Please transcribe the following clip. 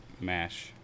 mash